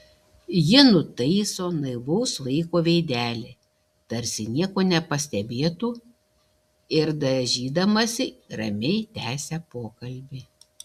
ji nutaiso naivaus vaiko veidelį tarsi nieko nepastebėtų ir dažydamasi ramiai tęsia pokalbį